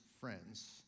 friends